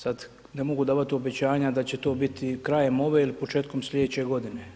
Sad, ne mogu davati obećanja da će to biti krajem ove ili početkom sljedeće godine.